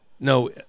No